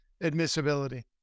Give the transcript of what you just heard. admissibility